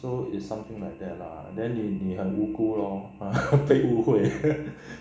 so it's something like that lah then 你很无辜 lor 被误会